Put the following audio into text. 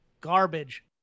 garbage